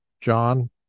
John